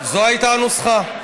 זו הייתה הנוסחה.